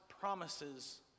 promises